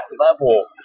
level